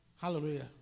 Hallelujah